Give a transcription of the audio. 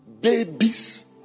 Babies